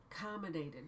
accommodated